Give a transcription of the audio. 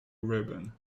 ribbon